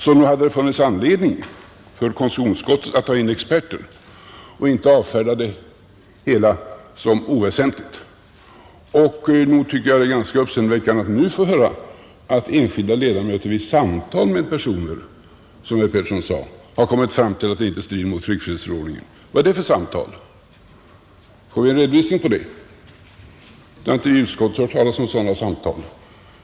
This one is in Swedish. Så nog hade det funnits anledning för konstitutionsutskottet att ta in experter och inte avfärda det hela som oväsentligt. Nog tycker jag att det är ganska uppseendeväckande att nu få höra att enskilda ledamöter ”vid samtal” med personer, som herr Pettersson i Visby sade, kommit fram till att förslaget inte strider mot tryckfrihetsförordningen. Vad är det för samtal? Får vi en redovisning för dem? Vi har i utskottet inte hört talas om sådana samtal.